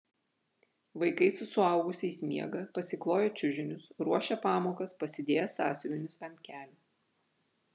vaikai su suaugusiais miega pasikloję čiužinius ruošia pamokas pasidėję sąsiuvinius ant kelių